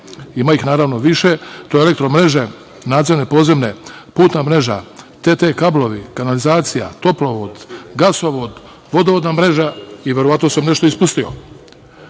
Ima ih više, to su elektro-mreže, nadzemne, podzemne, putna mreža, TT kablovi, kanalizacija, toplovod, gasovod, vodovodna mreža, verovatno sam nešto ispustio. Sve